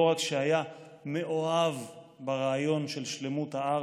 רק שהיה מאוהב ברעיון של שלמות הארץ.